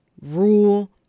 rule